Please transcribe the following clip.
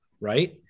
right